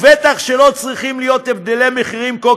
בטח שלא צריכים להיות הבדלי מחירים כה